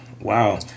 Wow